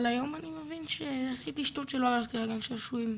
אבל היום אני מבין שעשיתי שטות שלא הלכתי לגן שעשועים,